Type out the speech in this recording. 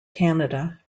canada